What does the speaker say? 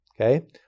Okay